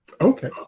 Okay